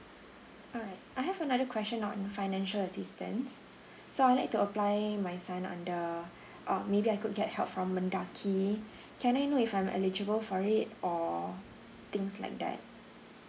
alright I have another question on financial assistance so I'd like to apply my son on the um maybe I could get help from mendaki can I know if I'm eligible for it or things like that